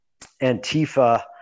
Antifa